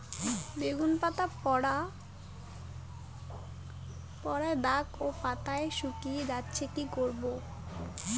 বেগুন পাতায় পড়া দাগ ও পাতা শুকিয়ে যাচ্ছে কি করব?